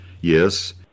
Yes